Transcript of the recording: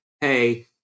hey